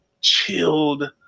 chilled